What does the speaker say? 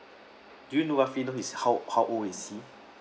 do you know what field is how how old is he